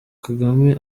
kagame